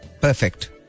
perfect